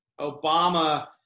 Obama